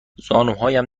زانوهایم